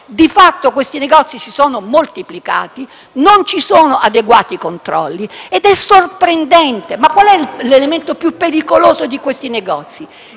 Di fatto, questi negozi si sono moltiplicati e non ci sono adeguati controlli. È sorprendente. Qual è l'elemento più pericoloso di questi negozi?